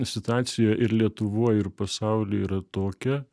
situacija ir lietuvoj ir pasaulyje yra tokia